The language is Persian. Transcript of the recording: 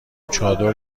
چادر